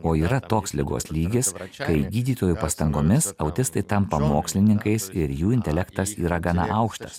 o yra toks ligos lygis kai gydytojų pastangomis autistai tampa mokslininkais ir jų intelektas yra gana aukštas